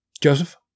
Joseph